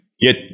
get